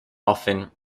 often